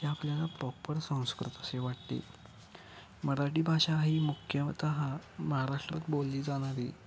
हे आपल्याला प्रॉपर संस्कृत असे वाटते मराठी भाषा ही मुख्यतः महाराष्ट्रात बोलली जाणारी